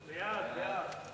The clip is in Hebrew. סעיף 1